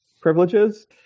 privileges